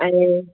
ऐं